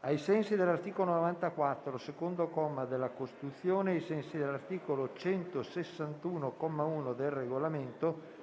ai sensi dell'articolo 94, secondo comma, della Costituzione e ai sensi dell'articolo 161, comma 1, del Regolamento,